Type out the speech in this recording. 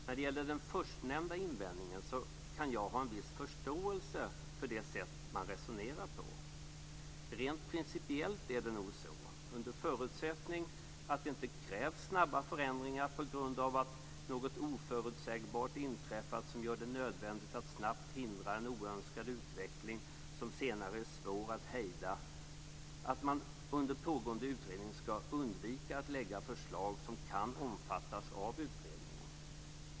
När det gäller den förstnämnda invändningen kan jag ha en viss förståelse för det sätt man resonerar på. Rent principiellt är det nog så - under förutsättning att det inte krävs snabba förändringar på grund av att något oförutsägbart inträffat som gör det nödvändigt att snabbt hindra en oönskad utveckling som senare är svår att hejda - att man under pågående utredning skall undvika att lägga fram förslag som kan omfattas av utredningen.